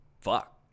fuck